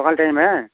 ସକାଲ୍ time Hai